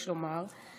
יש לומר,